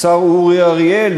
השר אורי אריאל,